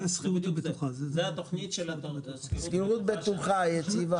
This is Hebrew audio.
זה התוכנית של שכירות בטוחה, יציבה.